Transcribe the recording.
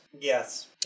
Yes